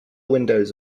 windows